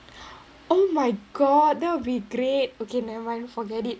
oh my god that would be great okay never mind forget it